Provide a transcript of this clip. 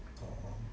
orh